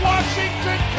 Washington